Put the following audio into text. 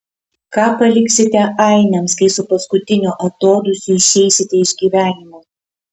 ką paliksite ainiams kai su paskutiniu atodūsiu išeisite iš gyvenimo